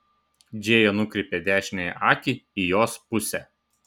džėja nukreipė dešiniąją akį į jos pusę